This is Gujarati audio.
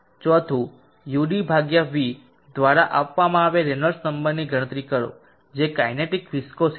ચોથું udυ દ્વારા આપવામાં આવેલ રેનોલ્ડ્સ નંબરની ગણતરી કરો જે કાઇનેટિક વિસ્કોસીટી છે